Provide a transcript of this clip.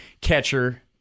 catcher